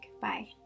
Bye